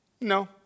No